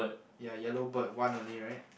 ya yellow bird one only right